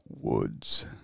woods